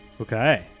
Okay